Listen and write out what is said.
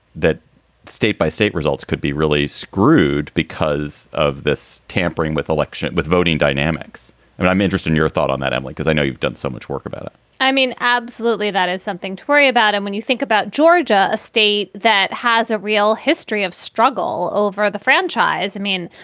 that state by state results could be really screwed because of this tampering with election, with voting dynamics. and i'm interested in your thought on that, because i know you've done so much work about it i mean, absolutely, that is something to worry about. and when you think about georgia, a state that has a real history of struggle over the franchise, i mean,